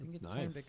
Nice